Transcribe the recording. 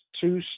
two